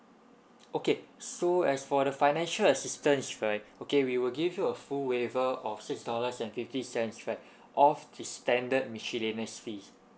okay so as for the financial assistance right okay we will give you a full waiver of six dollars and fifty cents right of the standard miscellaneous fees